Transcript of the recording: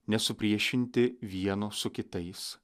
nesupriešinti vieno su kitais